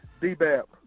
D-Bap